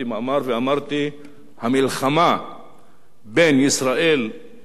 המלחמה בין ישראל לאירן אינה בפתח.